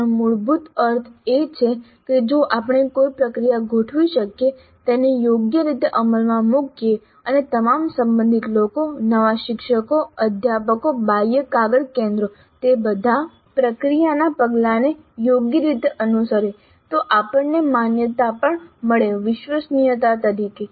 આનો મૂળભૂત અર્થ એ છે કે જો આપણે કોઈ પ્રક્રિયા ગોઠવી શકીએ તેને યોગ્ય રીતે અમલમાં મૂકીએ અને તમામ સંબંધિત લોકો નવા શિક્ષકો અધ્યાપકો બાહ્ય કાગળ કેન્દ્રો તે બધા પ્રક્રિયાના પગલાંને યોગ્ય રીતે અનુસરે તો આપણને માન્યતા પણ મળે વિશ્વસનીયતા તરીકે